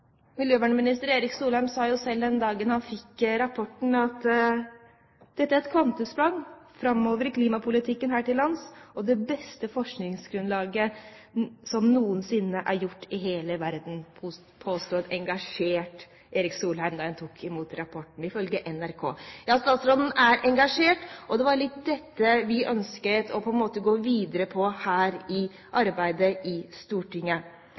Miljøvernminister Erik Solheim sa jo selv den dagen han fikk rapporten: «Dette er et kvantesprang forover i klimapolitikken her til lands, og det beste forskningsgrunnlaget som noensinne er gjort i hele verden.» Dette påsto en engasjert Erik Solheim da han tok imot rapporten, ifølge NRK. Ja, statsråden er engasjert, og det var litt dette vi ønsket å gå videre på i arbeidet her i Stortinget. Men i